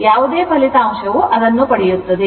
ಯಾವುದೇ ಫಲಿತಾಂಶವು ಅದನ್ನು ಪಡೆಯುತ್ತದೆ